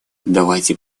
давайте